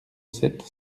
sept